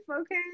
okay